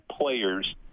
players